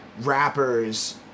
rappers